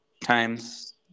times